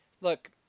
look